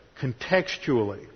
contextually